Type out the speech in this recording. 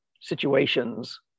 situations